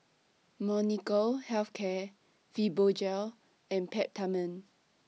Molnylcke Health Care Fibogel and Peptamen